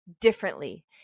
differently